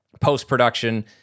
post-production